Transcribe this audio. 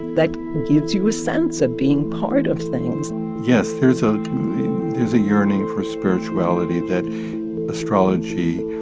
that gives you a sense of being part of things yes, there's ah there's a yearning for spirituality that astrology,